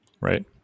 right